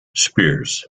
spears